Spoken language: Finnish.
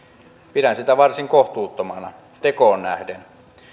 pidän sitä varsin kohtuuttomana tekoon nähden